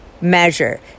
measure